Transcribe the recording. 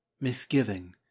misgiving